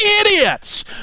idiots